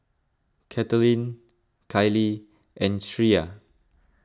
Katelyn Kylee and Shreya